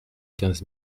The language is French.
quinze